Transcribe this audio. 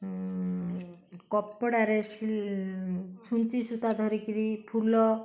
କପଡ଼ାରେ ସି ଛୁଞ୍ଚି ସୂତା ଧରିକିରି ଫୁଲ